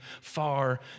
far